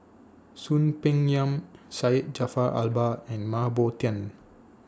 Soon Peng Yam Syed Jaafar Albar and Mah Bow Tan